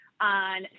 on